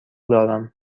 دارم